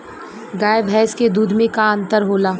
गाय भैंस के दूध में का अन्तर होला?